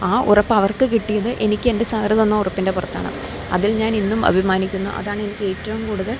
ആ ഉറപ്പ് അവർക്ക് കിട്ടിയത് എനിക്ക് എൻ്റെ സാറ് തന്ന ഉറപ്പിന്റെ പുറത്താണ് അതിൽ ഞാൻ ഇന്നും അഭിമാനിക്കുന്നു അതാണ് എനിക്ക് ഏറ്റവും കൂടുതൽ